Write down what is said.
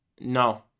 No